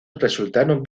resultaron